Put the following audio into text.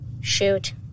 Shoot